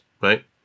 right